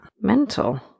Mental